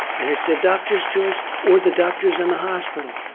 and it's their doctor's choice or the doctors in the hospital.